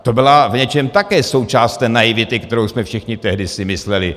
To byla v něčem také součást té naivity, kterou jsme všichni tehdy si mysleli.